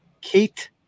Kate